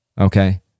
okay